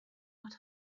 what